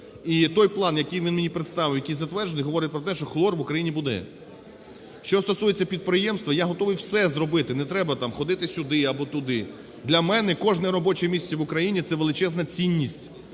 І той план, який він мені представив, який затверджений, говорить про те, що хлор в Україні буде. Що стосується підприємства, я готовий все зробити, не треба там ходити сюди або туди. Для мене кожне робоче місце в Україні – це величезна цінність.